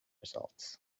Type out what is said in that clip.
results